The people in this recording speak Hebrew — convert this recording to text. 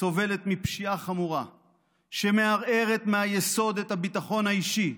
סובלת מפשיעה חמורה שמערערת מהיסוד את הביטחון האישי,